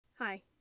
Hi